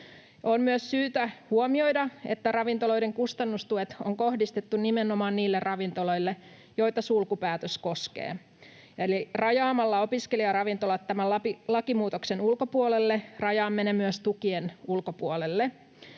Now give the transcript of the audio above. On myös syytä huomioida, että ravintoloiden kustannustuet on kohdistettu nimenomaan niille ravintoloille, joita sulkupäätös koskee, eli rajaamalla opiskelijaravintolat tämän lakimuutoksen ulkopuolelle rajaamme ne myös tukien ulkopuolelle.